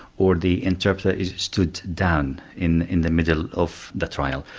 or the interpreter is stood down in in the middle of the trial,